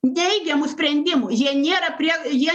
neigiamų sprendimų jie nėra prie jie